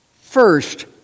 First